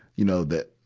you know, that,